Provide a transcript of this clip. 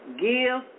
give